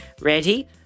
Ready